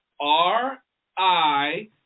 R-I